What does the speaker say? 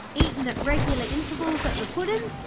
eatin' at regular intervals at the puddin'.